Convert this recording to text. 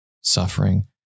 suffering